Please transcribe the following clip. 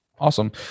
Awesome